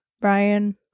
Brian